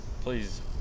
Please